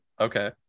okay